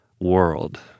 world